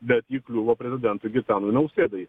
bet ji kliuvo prezidentui gitanui nausėdai